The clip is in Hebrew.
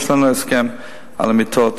יש לנו הסכם על המיטות.